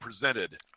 presented